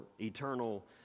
eternal